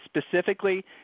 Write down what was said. specifically